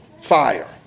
fire